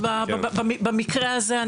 במקרה הזה,